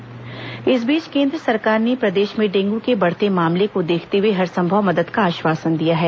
dengue मदद इस बीच केन्द्र सरकार ने प्रदेश में डेंगू के बढ़ते मामले को देखते हुए हरसंभव मदद का आश्वासन दिया है